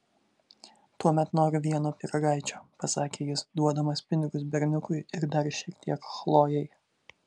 tuomet noriu vieno pyragaičio pasakė jis duodamas pinigus berniukui ir dar šiek tiek chlojei